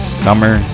summer